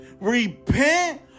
Repent